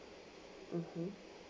mmhmm